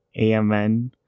AMN